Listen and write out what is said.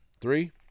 Three